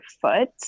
foot